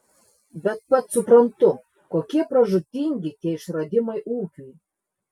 bet pats suprantu kokie pražūtingi tie išradimai ūkiui